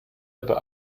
aber